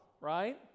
right